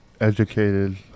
educated